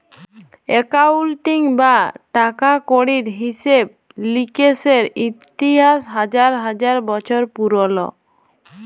accounting বা টাকা কড়ির হিসেব লিকেসের ইতিহাস হাজার হাজার বসর পুরল